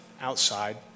outside